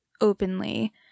openly